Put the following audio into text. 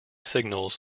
signals